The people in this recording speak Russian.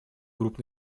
групп